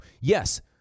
yes